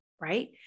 right